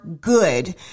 good